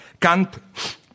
Kant